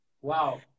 Wow